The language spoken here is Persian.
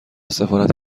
سفارت